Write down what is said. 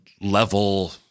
level